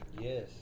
Yes